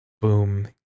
boom